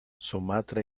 sumatra